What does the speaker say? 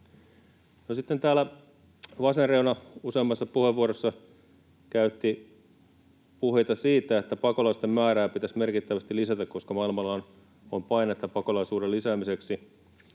vasen reuna useammassa puheenvuorossa käytti puheita siitä, että pakolaisten määrää pitäisi merkittävästi lisätä, koska maailmalla on painetta pakolaisuuden lisäämiseksi.